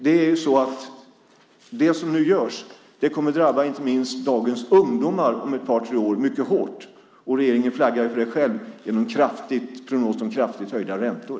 Det som nu görs kommer att drabba inte minst dagens ungdomar mycket hårt om ett par tre år. Regeringen flaggar själv för det genom sin prognos om kraftigt höjda räntor.